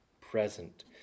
present